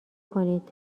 کنید